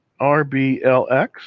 RBLX